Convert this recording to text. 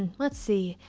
let's see.